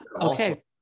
Okay